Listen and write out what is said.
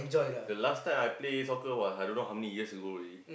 the last time I play soccer was like don't know how many years ago already